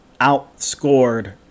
outscored